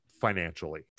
financially